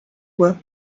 bois